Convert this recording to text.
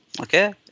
okay